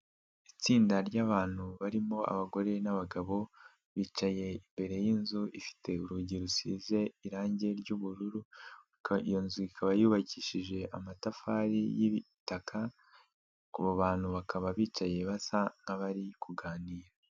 Itsinda ryabantu barimo abagore n'abagabo bicaye imbere yinzu ifite urugi rusize irangi ry'ubururu, ikaba iyo nzu ikaba yubakishije amatafari y'ibitaka, abo bantu bakaba bicaye basa nk'abari kuganira.